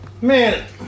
Man